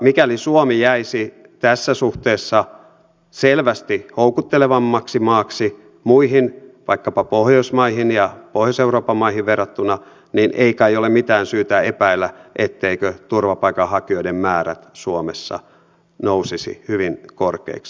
mikäli suomi jäisi tässä suhteessa selvästi houkuttelevammaksi maaksi muihin vaikkapa pohjoismaihin ja pohjois euroopan maihin verrattuna niin ei kai ole mitään syytä epäillä etteivätkö turvapaikanhakijoiden määrät suomessa nousisi hyvin korkeiksi